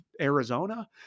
Arizona